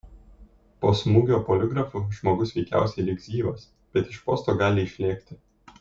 po smūgio poligrafu žmogus veikiausiai liks gyvas bet iš posto gali išlėkti